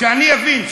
שאני אבין,